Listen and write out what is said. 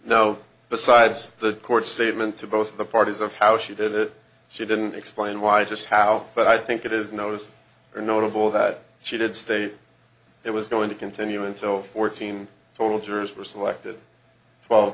now besides the court statement to both the parties of how she did it she didn't explain why just how but i think it is noticed or notable that she did state it was going to continue until fourteen soldiers were selected twelve